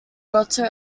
grotto